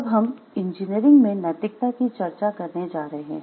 अब हम इंजीनियरिंग में नैतिकता की चर्चा करने जा रहे हैं